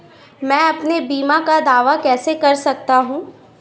मैं अपने बीमा का दावा कैसे कर सकता हूँ?